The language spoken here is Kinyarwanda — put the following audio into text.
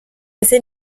ese